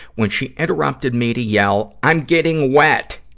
when she interrupted me to yell, i'm getting wet!